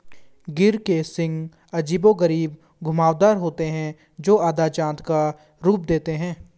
गिर के सींग अजीबोगरीब घुमावदार होते हैं, जो आधा चाँद का रूप देते हैं